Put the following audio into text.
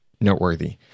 noteworthy